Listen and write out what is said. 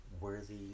worthy